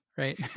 right